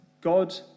God